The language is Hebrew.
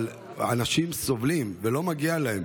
אבל אנשים סובלים, ולא מגיע להם.